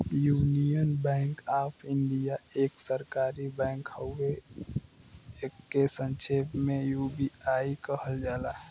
union Bank of India एक सरकारी bank हउवे एके संक्षेप में यू.बी.आई कहल जाला